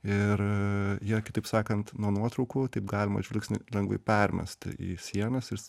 ir jie kitaip sakant nuo nuotraukų taip galima žvilgsnį danguj permesti į sienas ir